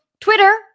Twitter